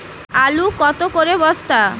আলু কত করে বস্তা?